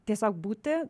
tiesiog būti